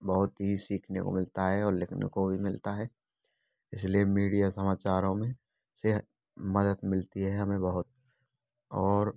बहुत ही सीखने को मिलता है और लिखने को भी मिलता है इसलिए मीडिया समाचारों में से मदद मिलती है हमें बहुत और